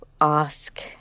ask